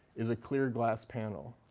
is a clear glass panel,